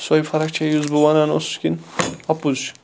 سۄے فَرَق چھَ یُس بہٕ وَنان اوسُس کِن اَپُز چھُ